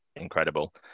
incredible